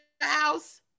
house